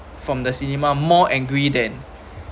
from the cinema more angry than